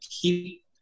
Keep